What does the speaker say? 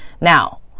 now